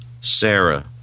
Sarah